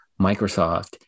Microsoft